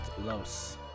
Los